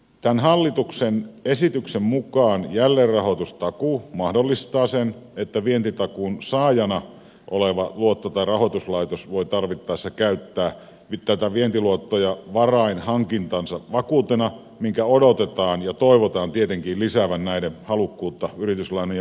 tämän hallituksen esityksen mukaan jälleenrahoitustakuu mahdollistaa sen että vientitakuun saajana oleva luotto tai rahoituslaitos voi tarvittaessa käyttää vientiluottoja varainhankintansa vakuutena minkä odotetaan ja toivotaan tietenkin lisäävän näiden halukkuutta yrityslainojen myöntämiseen